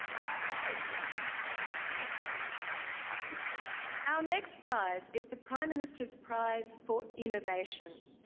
our next prize is the prime minister's prize for innovation.